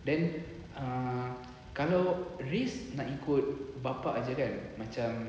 then ah kalau race ikut bapa jer kan macam